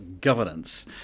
governance